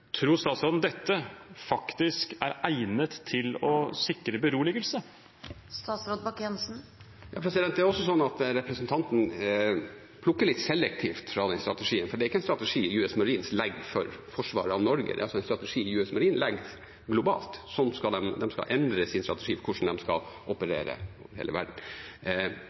Tror statsråden dette faktisk er egnet til å sikre beroligelse? Representanten Moxnes plukker litt selektivt fra den strategien, for det er ikke en strategi som US Marines legger for forsvaret av Norge. Det er en strategi som US Marines legger globalt. De skal endre sin strategi for hvordan de skal operere i hele verden.